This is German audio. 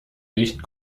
nicht